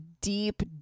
deep